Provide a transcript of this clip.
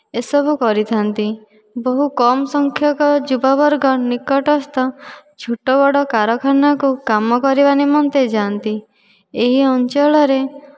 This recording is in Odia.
ଏସବୁ କରିଥାନ୍ତି ବହୁ କମ୍ ସଂଖ୍ୟକ ଯୁବ ବର୍ଗ ନିକଟସ୍ଥ ଛୋଟ ବଡ଼ କାରଖାନାକୁ କାମ କରିବା ନିମନ୍ତେ ଯାଆନ୍ତି ଏହି ଅଞ୍ଚଳରେ